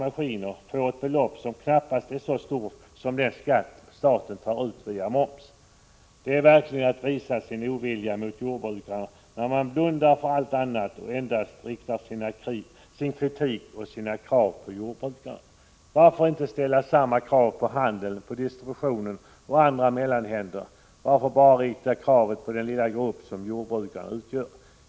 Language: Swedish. maskiner får ett belopp som knappast är så stort som den skatt som staten tar ut via moms. Det är verkligen att visa sin ovilja mot jordbrukarna när man blundar för allt annat och riktar sin kritik och sina krav mot endast jordbrukarna. Varför inte ställa samma krav på handeln, distributionen och andra mellanhänder? Varför bara rikta krav till den lilla grupp som jordbrukarna utgör?